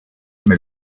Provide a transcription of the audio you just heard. mais